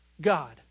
God